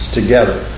together